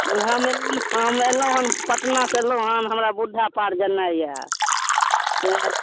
इहाँ हम एलहुॅं हन पटनासऽ एलहुॅं हन हमरा बुद्धा पार्क जेनाइ अए